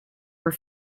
were